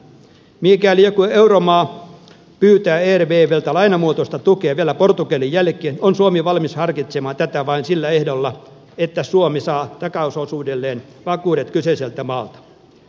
mikäli joku euromaat pyytää eri mieltä lain muutosta tukee vielä ortopedi jälkeen kun suomi valmis harkitsemaan tätä vain sillä ehdolla että suomi saa takausosuudelleen vakuudet kyseiseltä maalta